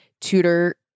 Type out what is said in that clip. tutor